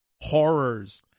horrors